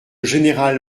général